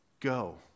go